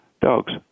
dogs